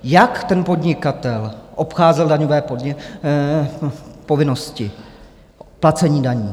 Jak ten podnikatel obcházel daňové povinnosti placení daní?